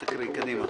תקריאי, קדימה.